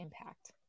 impact